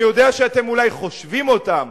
אני יודע שאתם אולי חושבים אותם,